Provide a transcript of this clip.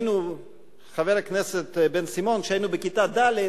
חבר הכנסת בן-סימון, שאני זוכר שכשהיינו בכיתה ד'